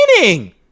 winning